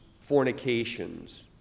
fornications